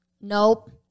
nope